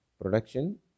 production